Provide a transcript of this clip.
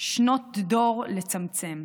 שנות דור לצמצם.